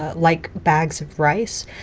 ah like bags of rice.